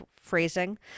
phrasing